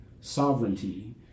sovereignty